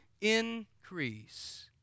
increase